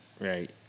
Right